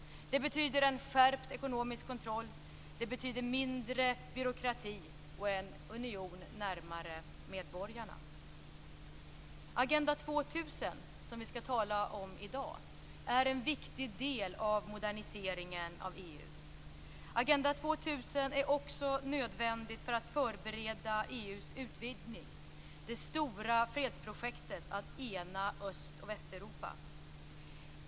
Det betyder en skärpt ekonomisk kontroll, mindre byråkrati och en union närmare medborgarna. Agenda 2000, som vi skall tala om i dag, är en viktig del av moderniseringen av EU. Agenda 2000 är också nödvändig för att förbereda EU:s utvidgning, det stora fredsprojektet att ena Öst och Västeuropa.